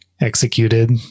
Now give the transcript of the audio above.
executed